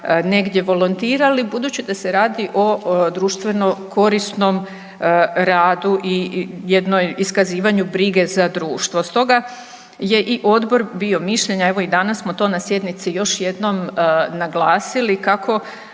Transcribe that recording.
negdje volontirali budući da se radi o društveno korisnom radu i jednom iskazivanju brige za društvo. Stoga je i odbor bio mišljenja, evo i danas smo to na sjednici još jednom naglasili kako